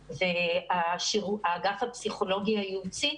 האגף הפסיכולוגי הייעוצי,